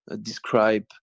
describe